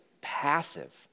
passive